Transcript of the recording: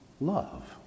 love